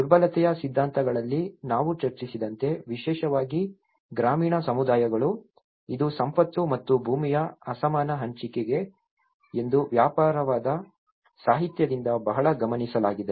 ದುರ್ಬಲತೆಯ ಸಿದ್ಧಾಂತಗಳಲ್ಲಿ ನಾವು ಚರ್ಚಿಸಿದಂತೆ ವಿಶೇಷವಾಗಿ ಗ್ರಾಮೀಣ ಸಮುದಾಯಗಳು ಇದು ಸಂಪತ್ತು ಮತ್ತು ಭೂಮಿಯ ಅಸಮಾನ ಹಂಚಿಕೆ ಎಂದು ವ್ಯಾಪಕವಾದ ಸಾಹಿತ್ಯದಿಂದ ಬಹಳ ಗಮನಿಸಲಾಗಿದೆ